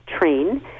Train